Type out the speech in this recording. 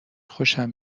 خوشم